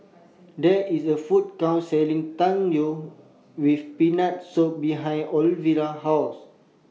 There IS A Food Court Selling Tang Yuen with Peanut Soup behind Oliva's House